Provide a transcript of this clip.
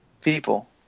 people